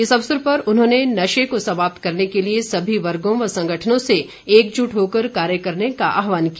इस अवसर पर उन्होंने नशे को समाप्त करने के लिए सभी वर्गों व संगठनों से एकजुट होकर कार्य करने का आहवान किया